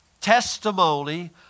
testimony